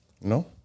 No